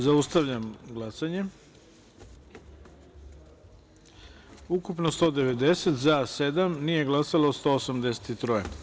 Zaustavljam glasanje: ukupno 190, za – sedam, nije glasalo – 183.